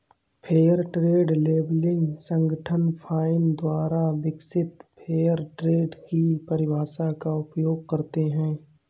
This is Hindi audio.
फेयर ट्रेड लेबलिंग संगठन फाइन द्वारा विकसित फेयर ट्रेड की परिभाषा का उपयोग करते हैं